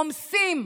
רומסים.